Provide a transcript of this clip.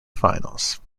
finals